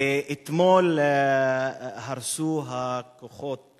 אתמול הרסו כוחות